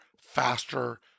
faster